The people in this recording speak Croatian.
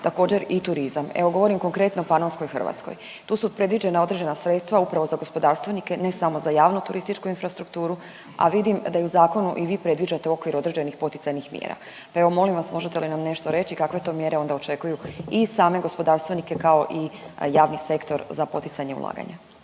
također i turizam, evo govorim konkretno o Panonskoj Hrvatskoj. Tu su predviđena određena sredstva upravo za gospodarstvenike, ne samo za javnu turističku infrastrukturu, a vidim da i u zakonu i vi predviđate okvir određenih poticajnih mjera, pa evo molim vas možete li nam nešto reći kakve to mjere onda očekuju i same gospodarstvenike, kao i javni sektor za poticanje ulaganja?